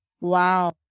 Wow